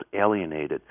alienated